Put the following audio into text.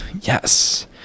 yes